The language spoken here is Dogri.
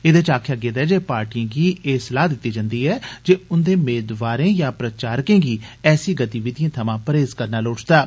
एहदे च आखेआ गेआ ऐ जे पार्टिएं गी एह सलाह दित्ती जंदी ऐ जे उंदे मेदवारें यां प्रचारकें गी ऐसी गतिविधिएं थमां परहेज़ करना लोड़चदा ऐ